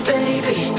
baby